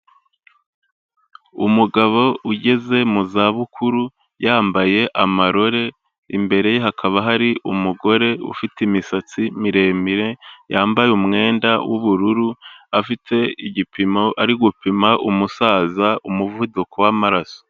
Umugabo ugeze mu za bukuru yambaye amarore, imbere ye hakaba hari umugore ufite imisatsi miremire yambaye umwenda w'ubururu, afite igipimo ari gupima umusaza umuvuduko w'amaraso.